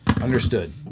Understood